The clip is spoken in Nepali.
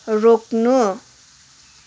रोक्नु